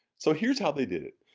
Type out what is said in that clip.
so here's how they did it.